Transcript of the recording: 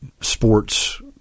sports